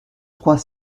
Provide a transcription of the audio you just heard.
trois